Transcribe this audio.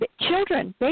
children